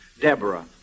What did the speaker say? Deborah